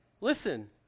Listen